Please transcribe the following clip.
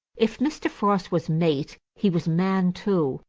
if mr. frost was mate, he was man too,